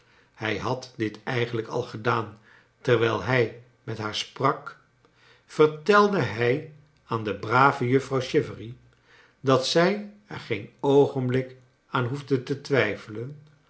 hij bad dit eigenlijk al gedaan terwijl bij met haar sprak vertelde hij aan de brave juffrouw cbivery dat zij er geen oogenblik aan hoefde te twijfelen